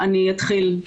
אני אתחיל.